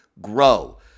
grow